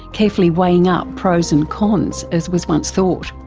carefully weighing up pros and cons, as was once thought.